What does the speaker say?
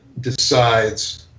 decides